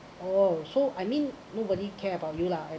oh so I mean nobody care about you lah